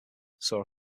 saw